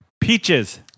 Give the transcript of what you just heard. Peaches